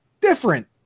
different